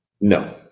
no